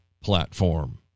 platform